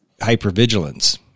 hypervigilance